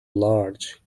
large